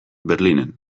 berlinen